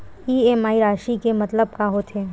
EMI राशि के मतलब का होथे?